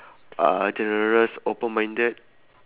uh generous open-minded